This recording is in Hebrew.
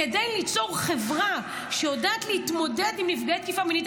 כדי ליצור חברה שיודעת להתמודד עם נפגעי תקיפה מינית,